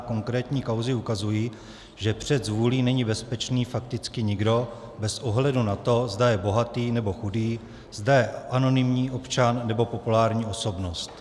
Konkrétní kauzy ukazují, že před zvůlí není bezpečný fakticky nikdo bez ohledu na to, zda je bohatý, nebo chudý, zda je anonymní občan, nebo populární osobnost.